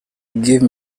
give